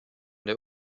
der